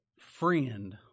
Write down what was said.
Friend